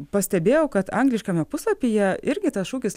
pastebėjau kad angliškame puslapyje irgi tas šūkis